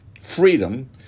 Freedom